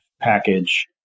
package